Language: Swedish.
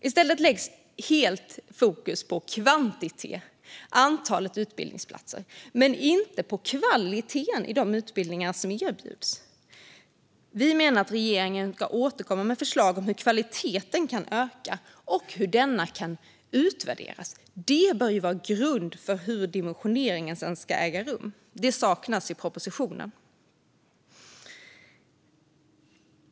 Fokus läggs helt på kvantitet och antalet utbildningsplatser och inte på kvaliteten i de utbildningar som erbjuds. Vi menar att regeringen bör återkomma med förslag om hur kvaliteten kan öka och hur denna kan utvärderas. Detta bör vara grunden för hur dimensioneringen sedan ska göras, men det saknas i propositionen.